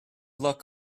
luck